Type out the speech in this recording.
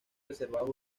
reservados